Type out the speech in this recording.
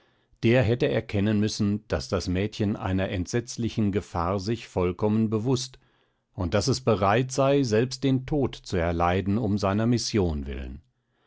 der hätte erkennen müssen daß das mädchen einer entsetzlichen gefahr sich vollkommen bewußt und daß es bereit sei selbst den tod zu erleiden um seiner mission willen